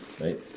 right